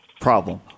problem